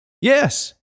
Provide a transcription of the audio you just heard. Yes